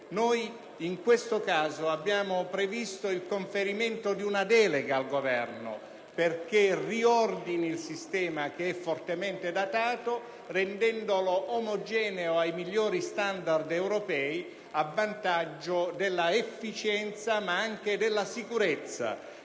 In questo caso abbiamo previsto il conferimento di una delega al Governo per il riordino del sistema, che è fortemente datato, così da renderlo omogeneo ai migliori standard europei, a vantaggio dell'efficienza ma anche della sicurezza,